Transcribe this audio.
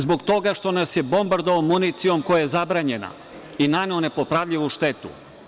Zbog toga što nas je bombardovao municijom koja je zabranjena i naneo nepopravljivu štetu.